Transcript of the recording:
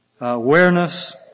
awareness